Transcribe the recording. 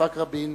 ליצחק רבין,